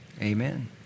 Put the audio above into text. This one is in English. amen